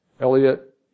Elliot